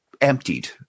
emptied